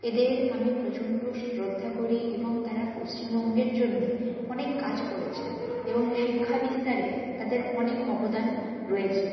এদের আমি প্রচণ্ড শ্রদ্ধা করি এবং তারা পশ্চিমবঙ্গের জন্যে অনেক কাজ করেছেন এবং শিক্ষা বিস্তারে তাদের অনেক অবদান রয়েছে